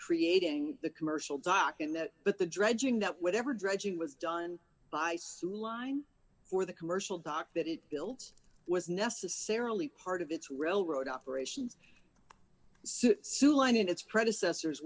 creating the commercial dock in that but the dredging that whatever dredging was done by su line for the commercial dock that it built was necessarily part of its railroad operations so sue line and it's predecessor